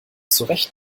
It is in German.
zurecht